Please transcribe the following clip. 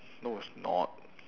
no it's not